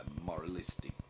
moralistic